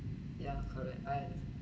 ya correct but